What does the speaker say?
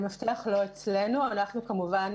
המפתח לא אצלנו, אנחנו כמובן